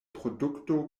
produkto